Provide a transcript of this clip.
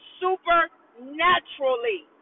supernaturally